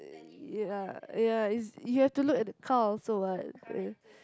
ya ya is you have to look at the car also [what] uh